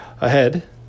ahead